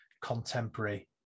contemporary